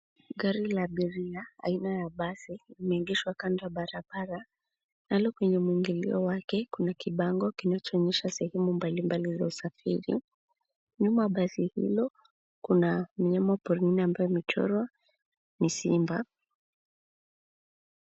Gari la abiria aina ya basi lime egeshwa kando ya barabara pale kwenye muingilio wake kuna kibango kinacho onyesha sehemu mbali mbali za usafiri nyuma ya basi hilo kuna mnyama wa porini ambaye amechorwa ni simba.